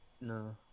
No